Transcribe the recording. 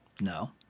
no